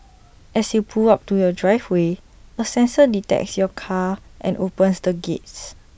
as you pull up to your driveway A sensor detects your car and opens the gates